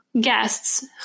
guests